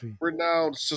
Renowned